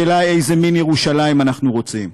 השאלה איזו מין ירושלים אנחנו רוצים.